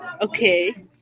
okay